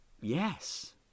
yes